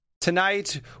Tonight